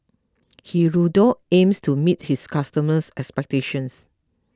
Hirudoid aims to meet his customers' expectations